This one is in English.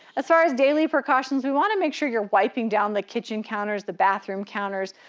as far as daily precautions, we wanna make sure you're wiping down the kitchen counters, the bathroom counters,